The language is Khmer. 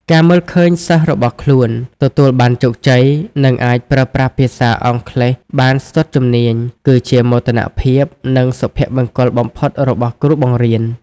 ការមើលឃើញសិស្សរបស់ខ្លួនទទួលបានជោគជ័យ និងអាចប្រើប្រាស់ភាសាអង់គ្លេសបានស្ទាត់ជំនាញ គឺជាមោទនភាព និងសុភមង្គលបំផុតរបស់គ្រូបង្រៀន។